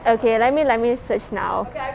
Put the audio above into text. okay let me let me search now